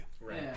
Right